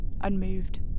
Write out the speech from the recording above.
unmoved